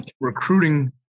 recruiting